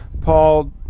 Paul